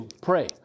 Pray